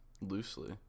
Loosely